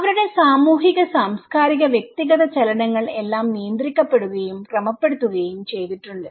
അവരുടെ സാമൂഹിക സാംസ്കാരിക വ്യക്തിഗത ചലനങ്ങൾ എല്ലാം നിയന്ത്രിക്കപ്പെടുകയും ക്രമപ്പെടുത്തുകയും ചെയ്തിട്ടുണ്ട്